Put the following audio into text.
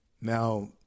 Now